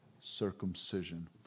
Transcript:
circumcision